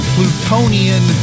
Plutonian